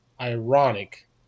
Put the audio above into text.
ironic